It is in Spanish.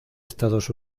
estados